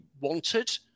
wanted